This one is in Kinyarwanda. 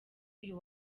uyu